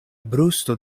brusto